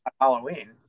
Halloween